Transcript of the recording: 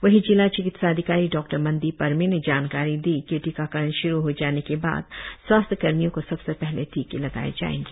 वहीं जिला चिकित्सा अधिकारी डॉ मनदीप पारमे ने जानकारी दी कि टीकाकरण श्रु हो जाने के बाद स्वास्थ्य कर्मियों को सबसे पहले टीके लगाए जाएंगे